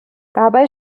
dabei